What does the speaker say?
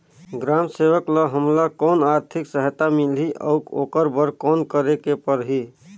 ग्राम सेवक ल हमला कौन आरथिक सहायता मिलही अउ ओकर बर कौन करे के परही?